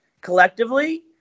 collectively